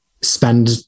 spend